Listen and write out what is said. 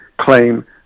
claim